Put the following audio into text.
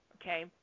okay